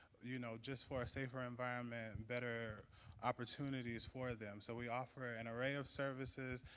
you know, just for a safer environment, better opportunities for them, so we offer an array of services,